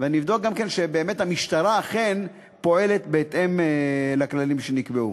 ואני גם אבדוק שבאמת המשטרה אכן פועלת בהתאם לכללים שנקבעו.